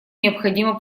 необходимо